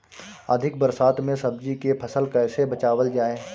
अधिक बरसात में सब्जी के फसल कैसे बचावल जाय?